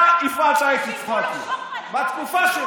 חברת הכנסת בן ארי, את עושה upgrading.